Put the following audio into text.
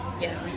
yes